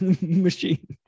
Machine